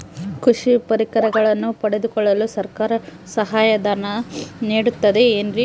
ಕೃಷಿ ಪರಿಕರಗಳನ್ನು ಪಡೆದುಕೊಳ್ಳಲು ಸರ್ಕಾರ ಸಹಾಯಧನ ನೇಡುತ್ತದೆ ಏನ್ರಿ?